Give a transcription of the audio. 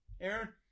Aaron